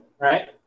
Right